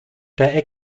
der